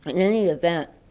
any event,